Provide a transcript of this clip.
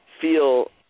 feel